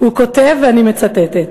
הוא כותב, ואני מצטטת: